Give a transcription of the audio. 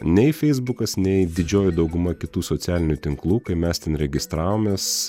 nei feisbukas nei didžioji dauguma kitų socialinių tinklų kai mes ten registravomės